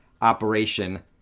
operation